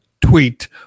tweet